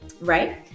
right